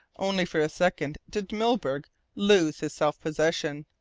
only for a second did milburgh lose his self-possession.